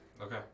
Okay